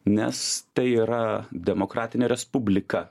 nes tai yra demokratinė respublika